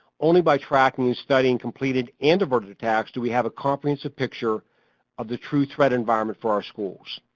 only by tracking and studying completed and averted attacks do we have a comprehensive picture of the true threat environment for our schools.